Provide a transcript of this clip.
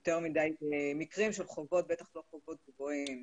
יותר מדי מקרים של חובות, בטח לא חובות גבוהים.